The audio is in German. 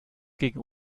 gegen